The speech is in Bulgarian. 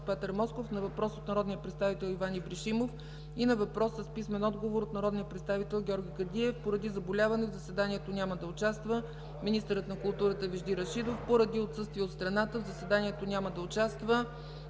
Петър Москов – на въпрос от народния представител Иван Ибришимов, и на въпрос с писмен отговор от народния представител Георги Кадиев. Поради заболяване в заседанието няма да участва министърът на културата Вежди Рашидов. Поради отсъствие от страната в заседанието за